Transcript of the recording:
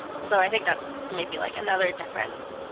so i think that's maybe like another difference.